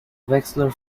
wexler